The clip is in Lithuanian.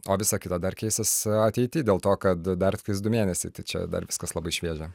o visa kita dar keisis ateity dėl to kad dar tiktais du mėnesiai tai čia dar viskas labai šviežia